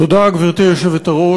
תודה, גברתי היושבת-ראש.